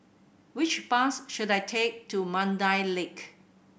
which bus should I take to Mandai Lake